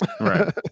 right